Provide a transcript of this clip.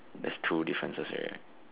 there's two differences already right